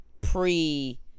pre